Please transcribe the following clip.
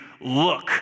look